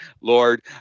Lord